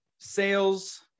sales